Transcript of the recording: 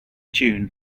tune